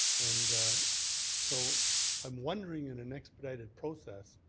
and so i'm wondering in an expedited process